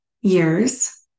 years